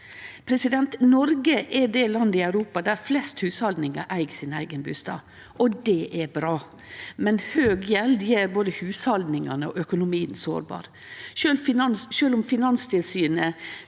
Noreg er det landet i Europa der flest hushald eig sin eigen bustad, og det er bra, men høg gjeld gjer både hushalda og økonomien sårbar. Sjølv om Finanstilsynets